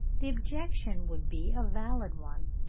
the objection would be a valid one,